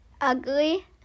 Ugly